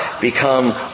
become